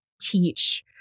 teach